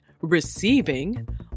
receiving